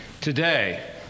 Today